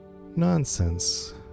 Nonsense